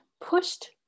pushed